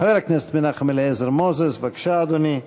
חבר הכנסת מנחם אליעזר מוזס, בבקשה, אדוני,